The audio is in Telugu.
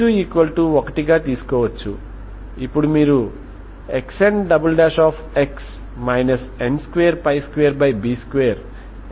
కాబట్టి ఇవి మీకు పైన ఉన్న హీట్ ఈక్వేషన్ తో కలిసి ఉన్న బౌండరీ కండిషన్ లు మరియు ఇనీషియల్ కండిషన్లు